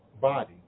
body